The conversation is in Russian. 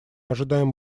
ожидаем